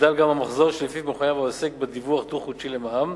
הוגדל גם המחזור שלפיו מחויב העוסק בדיווח דו-חודשי למע"מ